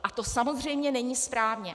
A to samozřejmě není správně.